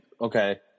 okay